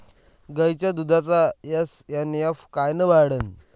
गायीच्या दुधाचा एस.एन.एफ कायनं वाढन?